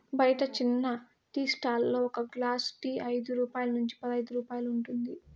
బయట చిన్న tea stall లలో ఒక గ్లాస్ టీ ఐదు రూపాయల నుంచి పదైదు రూపాయలు ఉంటుంది